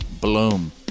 Bloom